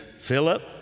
Philip